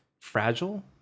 fragile